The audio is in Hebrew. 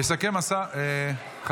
יסכם השר.